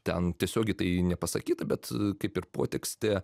ten tiesiogiai tai nepasakyta bet kaip ir potekstė